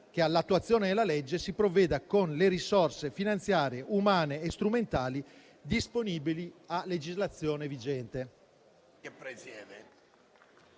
che all'attuazione della legge si provveda con le risorse finanziarie, umane e strumentali disponibili a legislazione vigente.